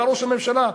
אתה ראש הממשלה.